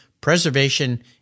Preservation